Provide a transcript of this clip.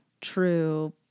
true